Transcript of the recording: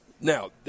Now